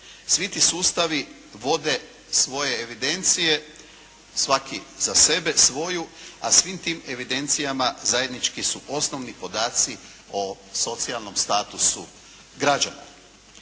Svi ti sustavi vode svoje evidencije, svaki za sebe svoju, a svim tim evidencijama zajednički su osnovni podaci o socijalnom statusu građana.